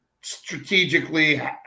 strategically